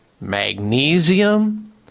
magnesium